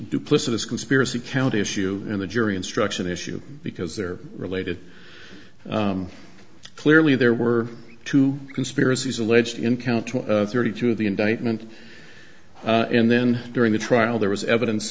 duplicitous conspiracy count issue and the jury instruction issue because they're related clearly there were two conspiracies alleged in count thirty two of the indictment and then during the trial there was evidence